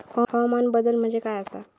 हवामान बदल म्हणजे काय आसा?